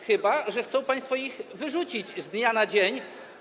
Chyba że chcą państwo ich wyrzucić z dnia na dzień.